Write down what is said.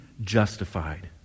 justified